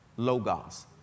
Logos